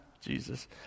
Jesus